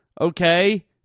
okay